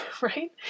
right